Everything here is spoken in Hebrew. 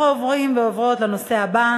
19 בעד,